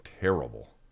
terrible